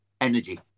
Energy